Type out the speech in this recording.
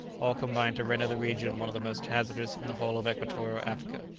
all combine to render the region one of the most hazardous in the whole of equatorial africa.